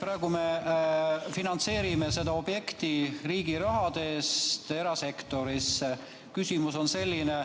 Praegu me finantseerime seda erasektori objekti riigi rahaga. Küsimus on selline.